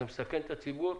שזה מסכן את הציבור.